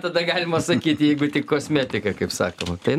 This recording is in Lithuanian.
tada galima sakyti jeigu tik kosmetika kaip sakoma tai